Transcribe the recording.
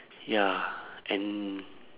ya and